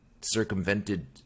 circumvented